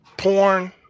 Porn